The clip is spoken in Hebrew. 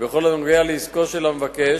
בכל הנוגע לעסקו של המבקש,